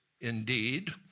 indeed